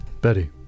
Betty